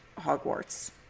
Hogwarts